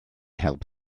help